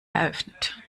eröffnet